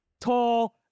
tall